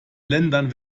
ländern